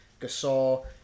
Gasol